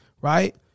right